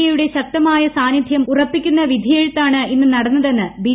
എയുടെ ശക്തമായ സാന്നിധൃം ഉറപ്പിക്കുന്ന വിധിയെഴുത്താണ് ഇന്ന് നടന്നതെന്ന് ബി